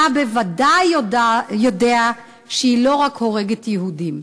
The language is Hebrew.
אתה בוודאי יודע שהיא לא הורגת רק יהודים.